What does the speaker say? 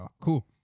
cool